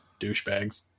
douchebags